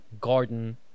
garden